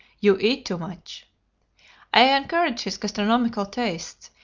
you eat too much i encouraged his gastronomical tastes,